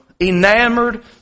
enamored